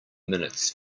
minutes